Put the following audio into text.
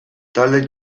talde